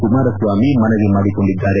ಕುಮಾರಸ್ವಾಮಿ ಮನವಿ ಮಾಡಿಕೊಂಡಿದ್ದಾರೆ